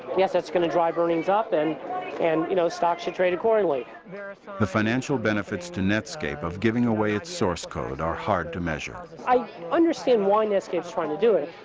yes that's going to drive earnings up, and and you know stocks should traded accordingly. the financial benefits to netscape of giving away its source code are hard to measure. i understand why netscape's trying to do it.